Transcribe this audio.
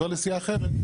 כשהוא עובר לסיעה אחרת,